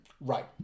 Right